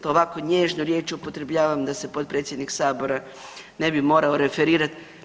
To ovako nježno riječ upotrebljavam da se potpredsjednik Sabora ne bi morao referirati.